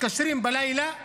מתקשרים בלילה,